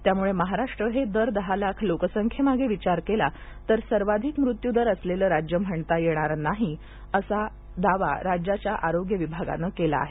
त्यामुळे महाराष्ट्र हे दर दहालाख लोकसंख्येमागे विचार केला तर सर्वाधिक मृत्यूदर सं असलेले राज्य म्हणता येणार नाही असा राज्याच्या आरोग्य विभागाचा दावा आहे